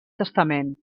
testament